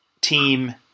team